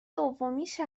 دومیش